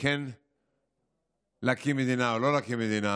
כן להקים מדינה או לא להקים מדינה,